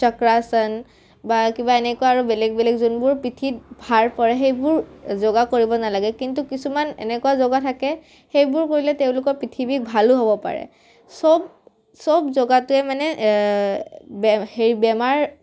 চক্ৰাসন বা কিবা এনেকুৱা আৰু বেলেগ বেলেগ যোনবোৰ পিঠিত ভাৰ পৰে সেইবোৰ যোগা কৰিব নালাগে কিন্তু কিছুমান এনেকুৱা যোগা থাকে সেইবোৰ কৰিলে তেওঁলোকৰ পিঠি বিষ ভালো হ'ব পাৰে চব চব যোগাতে মানে বে হেৰি বেমাৰ